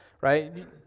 right